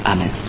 Amen